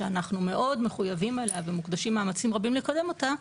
שאנחנו מאוד מחויבים אליה ומוקדשים מאמצים רבים לקדם אותה,